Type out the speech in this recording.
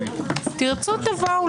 אתם רוצים תבואו.